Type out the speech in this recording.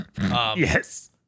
yes